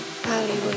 Hollywood